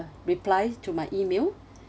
reply to my email